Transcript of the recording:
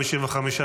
התקבלה.